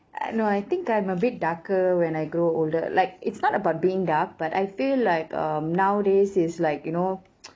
no I think I'm a bit darker when I grow older like it's not about being dark but I feel like um nowadays is like you know